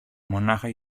μονάχα